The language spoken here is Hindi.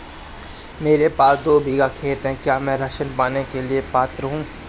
मेरे पास दो बीघा खेत है क्या मैं राशन पाने के लिए पात्र हूँ?